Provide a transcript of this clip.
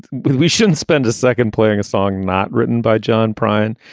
we shouldn't spend a second playing a song not written by john prine.